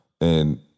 and-